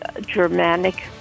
Germanic